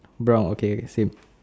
brown okay same